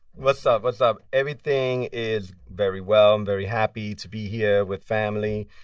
what's up? what's up? everything is very well. i'm very happy to be here with family.